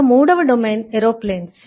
ఇక మూడవ domain aeroplanes